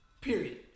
Period